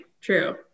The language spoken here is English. True